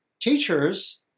teachers